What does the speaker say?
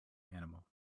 animal